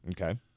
okay